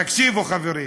תקשיבו, חברים.